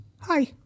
hi